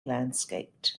landscaped